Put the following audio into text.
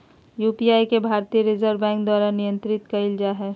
UPI के भारतीय reserve bank द्वारा नियंत्रित कइल जा हइ